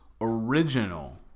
original